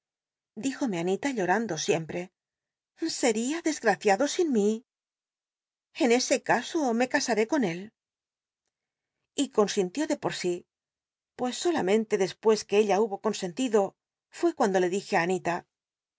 an it a llorando siempre sel'ia desgtaciado sin mi en ese caso me casaré con él y consintió de por si pues solamente despues que ella hubo consentido fué cuando le dije á anita